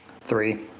Three